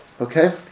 Okay